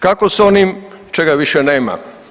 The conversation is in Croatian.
Kako s onim čega više nema.